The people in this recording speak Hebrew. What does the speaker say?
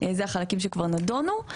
זה החלקים שכבר נדונו.